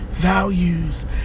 Values